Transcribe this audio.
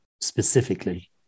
specifically